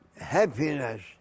happiness